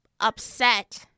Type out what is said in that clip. upset